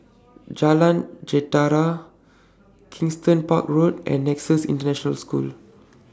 Jalan Jentera Kensington Park Road and Nexus International School